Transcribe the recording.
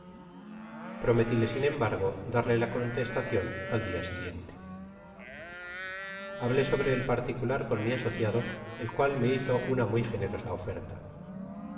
prometile sin embargo darle la contestacion al dia siguiente hablé sobro el particular con mi asociado el cual me hizo una muy generosa oferta